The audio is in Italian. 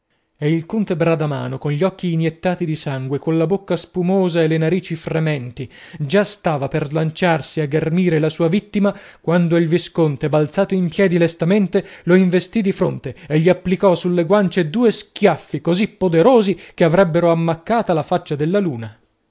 e il conte bradamano cogli occhi iniettati di sangue colla bocca spumosa e le narici frementi già stava per slanciarsi a ghermire la sua vittima quando il visconte balzato in piedi lestamente lo investì di fronte e gli applicò sulle guancie due schiaffi così poderosi che avrebbero ammaccata la faccia della luna